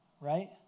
right